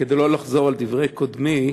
כדי לא לחזור על דברי קודמי,